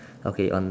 okay on